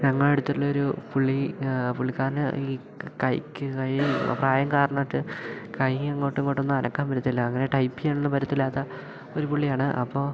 ഞങ്ങളെ അടുത്തുള്ളൊരു പുള്ളി പുള്ളിക്കാരന് ഈ കൈക്ക് കൈ പ്രായം കാരണമായിട്ട് കൈ അങ്ങോട്ടും ഇങ്ങോട്ടും ഒന്നും അനക്കാൻ പറ്റത്തില്ല അങ്ങനെ ടൈപ്പ് ചെയ്യാനൊന്നും പറ്റത്തില്ലാത്ത ഒരു പുള്ളിയാണ് അപ്പോൾ